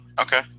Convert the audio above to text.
okay